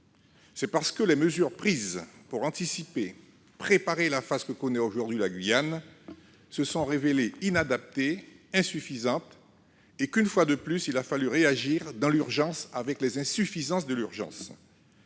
c'est parce que les mesures prises pour anticiper et préparer la phase que connaît aujourd'hui la Guyane se sont révélées inadaptées et insuffisantes. Une fois de plus, il a fallu réagir dans l'urgence, avec les insuffisances de l'urgence